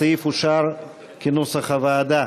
הסעיף אושר כנוסח הוועדה,